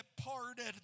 parted